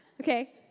Okay